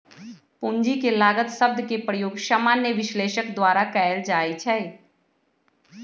पूंजी के लागत शब्द के प्रयोग सामान्य विश्लेषक द्वारा कएल जाइ छइ